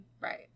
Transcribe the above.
right